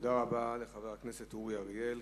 תודה רבה לחבר הכנסת אורי אריאל.